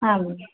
ಹಾಂ ಮೇಡಮ್